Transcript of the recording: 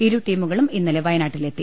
ഇരു ടീമുകളും ഇന്നലെ വയനാട്ടിലെത്തി